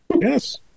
Yes